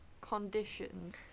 conditions